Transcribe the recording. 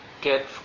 get